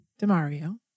Demario